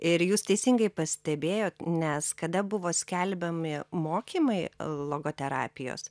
ir jūs teisingai pastebėjot nes kada buvo skelbiami mokymai logoterapijos